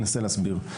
אנסה להסביר: